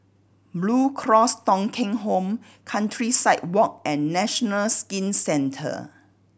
Blue Cross Thong Kheng Home Countryside Walk and National Skin Centre